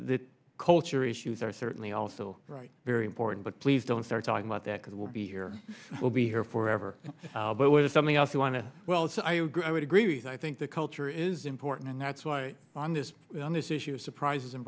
the culture issues are certainly also very important but please don't start talking about that because we'll be here will be here forever but what is something else you want to well and so i would agree that i think the culture is important and that's why on this on this issue of surprises and